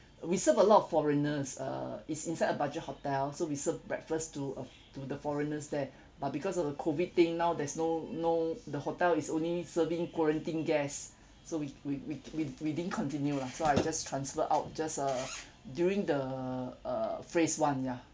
we serve a lot of foreigners uh it's inside a budget hotel so we serve breakfast to uh to the foreigners there but because of the COVID thing now there's no no the hotel is only serving quarantine guests so we we we we we didn't continue lah so I just transfer out just uh during the uh phase one ya